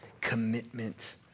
commitment